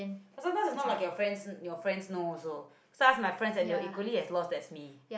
but sometimes is not like your friends your friends know also cause I also ask my friends and they were equally as lost as me